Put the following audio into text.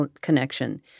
connection